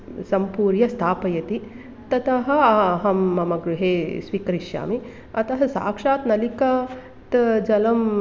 सम्पूर्य स्थापयति ततः अहं मम गृहे स्वीकरिष्यामि अतः साक्षात् नलिकात् जलम्